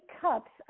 cups